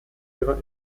ihrer